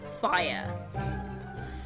fire